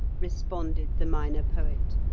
responded the minor poet.